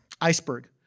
iceberg